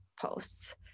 posts